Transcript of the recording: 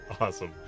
Awesome